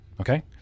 Okay